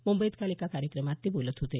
मुंबईत काल एका कार्यक्रमात ते बोलत होते